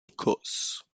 écosse